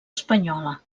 espanyola